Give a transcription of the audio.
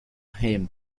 him